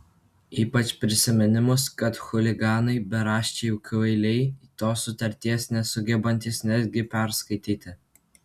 ypač prisiminus kad chuliganai beraščiai kvailiai tos sutarties nesugebantys netgi perskaityti